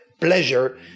pleasure